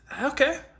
Okay